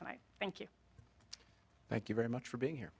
tonight thank you thank you very much for being here